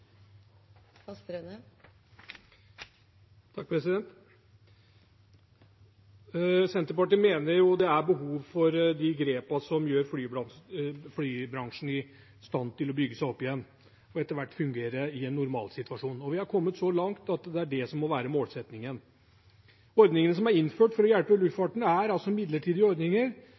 med det. Senterpartiet mener jo det er behov for de grepene som gjør flybransjen i stand til å bygge seg opp igjen og etter hvert fungere i en normalsituasjon. Vi har kommet så langt at det må være målsettingen. Ordningene som er innført for å hjelpe luftfarten, er midlertidige ordninger,